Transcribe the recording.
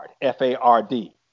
F-A-R-D